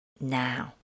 now